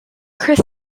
chris